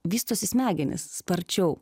vystosi smegenys sparčiau